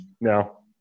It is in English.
No